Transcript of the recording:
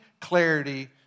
clarity